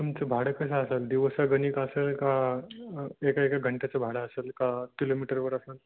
तुमचं भाडं कसं असेल दिवसागणिक असेल का एका एका घंट्याचं भाडं असेल का किलोमीटरवर असेल